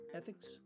ethics